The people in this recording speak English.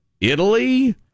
Italy